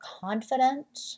confident